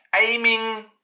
aiming